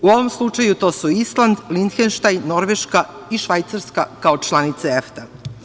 U ovom slučaju to su Island, Linhenštajn, Norveška i Švajcarska kao članice EFTA.